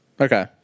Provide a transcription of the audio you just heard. Okay